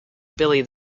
billy